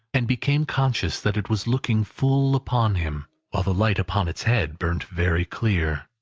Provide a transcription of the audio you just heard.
and became conscious that it was looking full upon him, while the light upon its head burnt very clear.